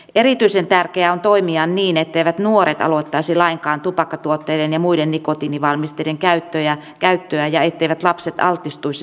erityisen tärkeää on toimia niin etteivät nuoret aloittaisi lainkaan tupakkatuotteiden ja muiden nikotiinivalmisteiden käyttöä ja etteivät lapset altistuisi tupakansavulle